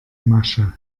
masche